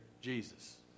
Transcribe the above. Jesus